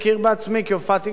שנקרא פורום מאג'די,